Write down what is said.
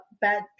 bad